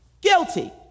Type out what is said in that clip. guilty